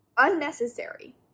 unnecessary